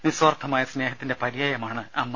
നിസ്വാർത്ഥമായ സ്നേഹത്തിന്റെ പര്യായമാണ് അമ്മ